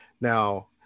Now